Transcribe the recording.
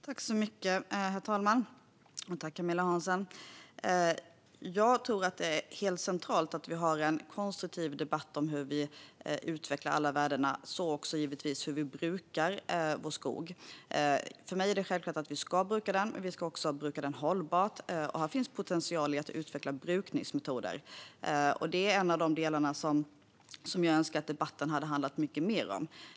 Herr talman! Jag tror att det är helt centralt att vi har en konstruktiv debatt om hur vi utvecklar alla värdena och givetvis också hur vi brukar vår skog. För mig är det självklart att vi ska bruka den, och vi ska också bruka den hållbart. Här finns potential att utveckla brukningsmetoder. Det är en av de delarna som jag hade önskat att debatten hade handlat mycket mer om.